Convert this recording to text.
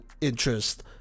interest